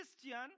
Christian